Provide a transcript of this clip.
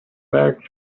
back